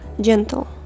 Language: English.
Gentle